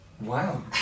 Wow